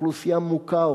אוכלוסייה מוכה,